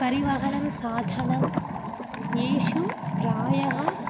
परिवहनं साधनं येषु प्रायः